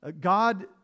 God